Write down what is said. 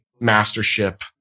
mastership